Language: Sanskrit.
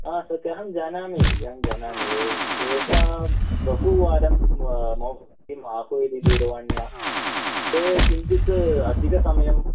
सत्यं अहं जानामि अहं जानामि ए एषा बहुवारं मम किम् आह्वयति दूरवाण्या ते किञ्चित् अधिकसमयं